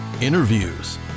interviews